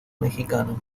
mexicano